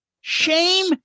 Shame